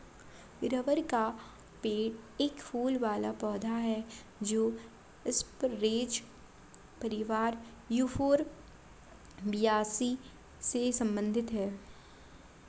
rubber का पेड़ एक फूल वाला पौधा है जो स्परेज परिवार यूफोरबियासी से संबंधित है